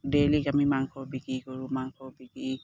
daily আমি মাংস বিক্ৰী কৰোঁ মাংস বিক্ৰী